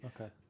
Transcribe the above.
Okay